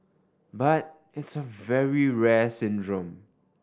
but it's a very rare syndrome